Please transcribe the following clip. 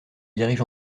dirige